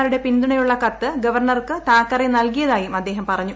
മാരുടെ പിന്തുണയുള്ള കത്ത് താക്കറെ നൽകിയതായും അദ്ദേഹം പറഞ്ഞു